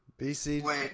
BC